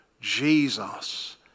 Jesus